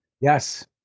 yes